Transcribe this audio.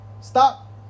stop